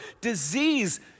Disease